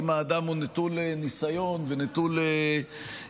אם האדם הוא נטול ניסיון ונטול ידע,